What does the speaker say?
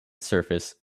surface